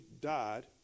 died